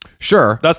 Sure